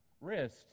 wrist